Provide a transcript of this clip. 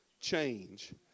change